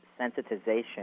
sensitization